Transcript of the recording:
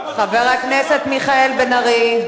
למה אתה אומר תושבי קריית-מלאכי?